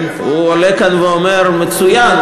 הוא עולה כאן ואומר: מצוין,